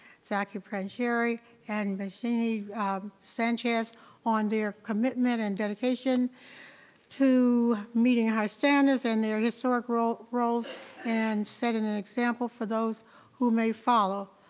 zaki panjsheeri, and magin sanchez on their commitment and dedication to meeting high standards in their historic roles roles and setting an example for those who may follow.